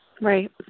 Right